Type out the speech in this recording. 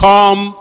Come